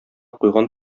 куйган